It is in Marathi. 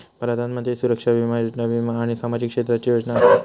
प्रधानमंत्री सुरक्षा बीमा योजना वीमा आणि सामाजिक क्षेत्राची योजना असा